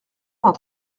vingt